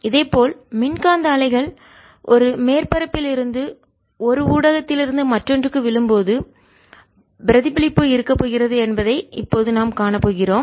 இதே போல் மின்காந்த அலைகள் ஒரு மேற்பரப்பில் இருந்து ஒரு ஊடகத்திலிருந்து மற்றொன்றுக்கு விழும்போது பிரதிபலிப்பு இருக்கப் போகிறது என்பதை இப்போது நாம் காணப்போகிறோம்